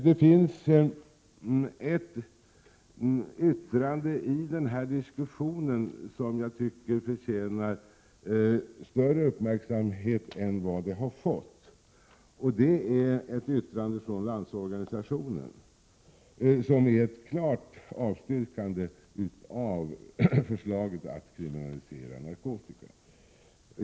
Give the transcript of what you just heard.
Det finns ett yttrande i denna diskussion som jag tycker förtjänar större uppmärksamhet än vad det har fått. Det är ett yttrande från Landsorganisationen, som innebär ett klart avstyrkande av förslaget om att kriminalisera narkotika.